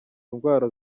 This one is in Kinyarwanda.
ndwara